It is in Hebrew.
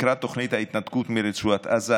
לקראת תוכנית ההתנתקות מרצועת עזה,